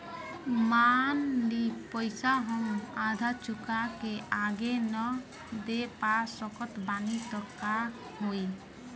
मान ली पईसा हम आधा चुका के आगे न दे पा सकत बानी त का होई?